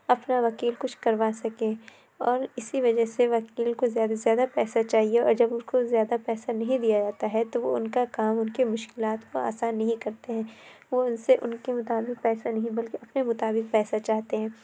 اپنا وکیل کچھ کروا سکے اور اِسی وجہ سے وکیل کو زیادہ سے زیادہ پیسہ چاہیے اور جب اُن کو زیادہ پیسہ نہیں دیا جاتا ہے تو وہ اُن کا کام اُن کی مشکلات کو آسان نہیں کرتے ہیں وہ اُن سے اُن کے مطابق پیسے نہیں بلکہ اپنے مطابق پیسہ چاہتے ہیں